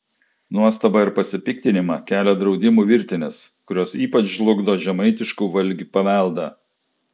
nuostabą ir pasipiktinimą kelia draudimų virtinės kurios ypač žlugdo žemaitiškų valgių paveldą